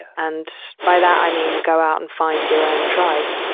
and by that i mean go out and find your own tribe.